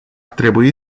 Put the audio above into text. trebui